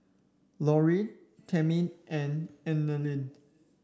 Laureen Tammi and Eleni